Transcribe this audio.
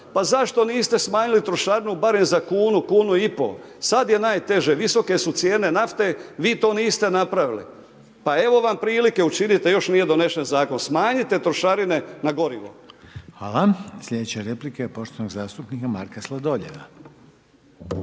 pa zašto niste smanjili trošarinu barem za kunu, kunu i pol? Sad je najteže, visoke su cijene nafte, vi to niste napravili. Pa evo vam prilike učinite, još nije donesen zakon, smanjite trošarine na gorivo. **Reiner, Željko (HDZ)** Hvala. Sljedeća replika je poštovanog zastupnika Marka Sladoljeva.